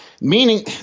meaning